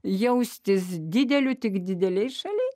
jaustis dideliu tik didelėje šalyje